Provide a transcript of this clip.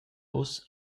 uss